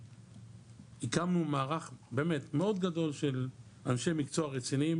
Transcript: הקמנו מערך מאוד גדול של אנשי מקצוע רציניים